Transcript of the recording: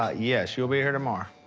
ah yes, you will be here tomorrow.